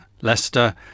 Leicester